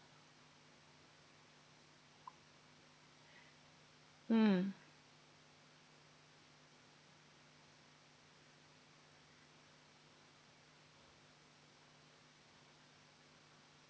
mm